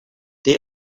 they